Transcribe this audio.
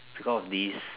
because of this